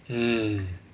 mm